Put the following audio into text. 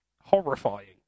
Horrifying